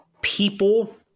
people